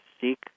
seek